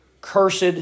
cursed